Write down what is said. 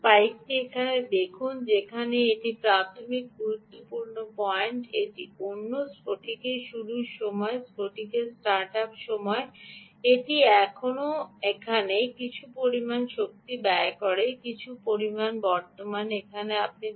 এই পাইকটি এখানে দেখুন এটি এখানে একটি প্রাথমিক গুরুত্বপূর্ণ পয়েন্ট এটি অন্য স্ফটিক শুরুর সময় এটি স্ফটিক স্টার্ট আপ সময় এটি এখনও এখানে কিছু পরিমাণ শক্তি ব্যয় করে কিছু পরিমাণে বর্তমান এখানে